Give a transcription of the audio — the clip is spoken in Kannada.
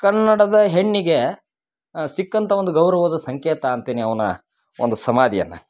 ಕನ್ನಡದ ಹೆಣ್ಣಿಗೆ ಸಿಕ್ಕಂಥ ಒಂದು ಗೌರವದ ಸಂಕೇತ ಅಂತೀನಿ ಅವ್ನ ಒಂದು ಸಮಾಧಿಯನ್ನ